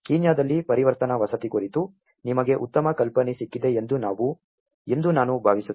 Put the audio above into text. ಕೀನ್ಯಾದಲ್ಲಿ ಪರಿವರ್ತನಾ ವಸತಿ ಕುರಿತು ನಿಮಗೆ ಉತ್ತಮ ಕಲ್ಪನೆ ಸಿಕ್ಕಿದೆ ಎಂದು ನಾನು ಭಾವಿಸುತ್ತೇನೆ